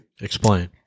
Explain